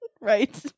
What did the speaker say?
Right